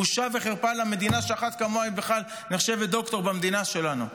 בושה וחרפה למדינה שאחת כמוה בכלל נחשבת דוקטור במדינה שלנו.